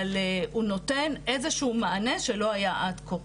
אבל הוא נותן איזה שהוא מענה שלא היה עד כה.